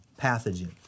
pathogen